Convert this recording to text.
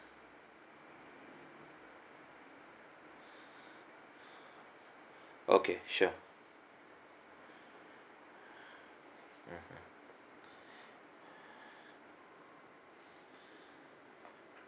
okay sure